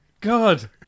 God